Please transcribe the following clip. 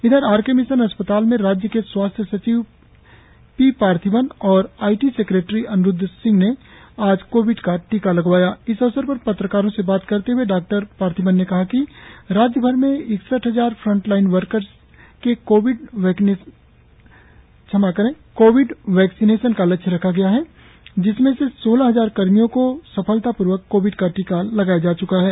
इधर R K Mission अस्पताल में राज्य के स्वास्थ्य सचिव पी पार्थिबन और I T secretary Anirudh Singh ने आज कोविड का टीका लगवाया इस अवसर पर पत्रकारों से बात करते हए डॉ पार्थिबन ने कहा कि राज्यभर में इकसठ हजार फ्रंटलाइन वर्कर्स के कोविड वैक्सीनेशन का लक्ष्य रखा गया है जिसमें से सोलह हजार कर्मियों को सफलतापूर्वक कोविड का टीका लगाया जा च्का है